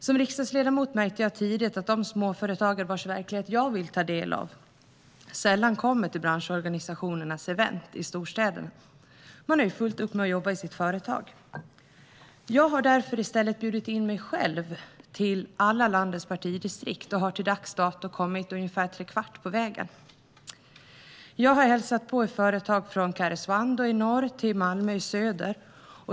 Som riksdagsledamot märkte jag tidigt att de småföretagare vars verklighet jag ville ta del av sällan kom till branschorganisationernas event i storstäderna; de hade ju fullt upp med att jobba i sitt företag. Jag har därför i stället bjudit in mig själv till alla landets partidistrikt och har till dags dato kommit ungefär trekvart på vägen. Jag har hälsat på i företag från Karesuando i norr till Malmö i söder.